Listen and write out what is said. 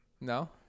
No